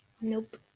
Nope